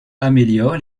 améliore